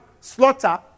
slaughter